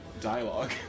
dialogue